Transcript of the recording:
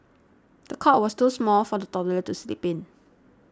the cot was too small for the toddler to sleep in